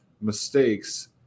mistakes